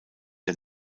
der